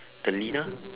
the lina